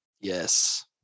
Yes